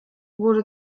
wurde